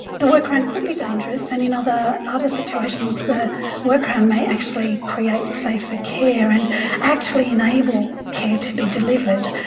the workaround could be dangerous, and in other other situations the workaround may actually create safer care and actually enable care to be delivered.